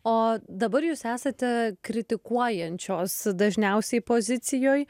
o dabar jūs esate kritikuojančios dažniausiai pozicijoj